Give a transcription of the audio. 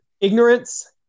ignorance